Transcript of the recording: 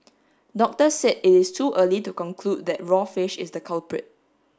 doctors said it is too early to conclude that raw fish is the culprit